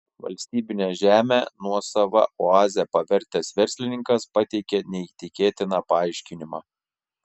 valstybinę žemę nuosava oaze pavertęs verslininkas pateikė neįtikėtiną paaiškinimą